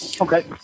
Okay